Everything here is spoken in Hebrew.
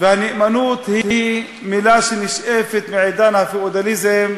הנאמנות היא מילה שנשאבת מעידן הפיאודליזם,